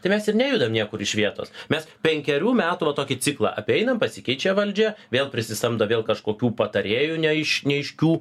tai mes ir nejudam niekur iš vietos mes penkerių metų va tokį ciklą apeinam pasikeičia valdžia vėl prisisamdo vėl kažkokių patarėjų ne iš neaiškių